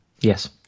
Yes